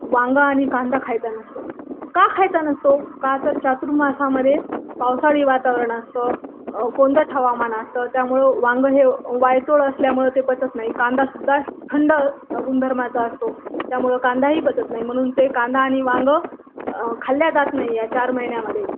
वांगं आणि कांदा खायचा नसतो का खायचा नसतो का तर चातुर्मासामध्ये पावसाळी वातावरण असते कोंदट हवामान असते त्यामुळे वांग हे वायतोळ असल्यामुळं ते पचत नाही कांदासुद्धा थंड गुणधर्माचा असतो त्यामुळं कांदाही पचत नाही म्हणून ते कांदा आणि वांग खाल्ला जात नाही या चार महिन्यामध्ये